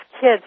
kids